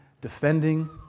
defending